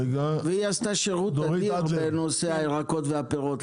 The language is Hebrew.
והיא עשתה שירות אדיר בנושא הירקות והפירות,